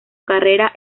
carrera